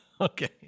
Okay